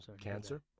cancer